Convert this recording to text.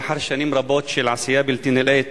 לאחר שנים רבות של עשייה בלתי נלאית,